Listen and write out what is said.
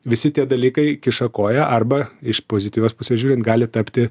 visi tie dalykai kiša koją arba iš pozityvios pusės žiūrint gali tapti